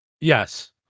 Yes